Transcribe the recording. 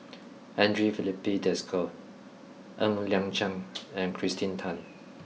Andre Filipe Desker Ng Liang Chiang and Kirsten Tan